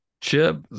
Chip